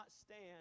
stand